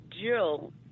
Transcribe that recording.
Jill